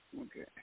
Okay